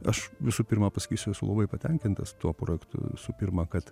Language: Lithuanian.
aš visų pirma pasakysiu esu labai patenkintas tuo projektu visų pirma kad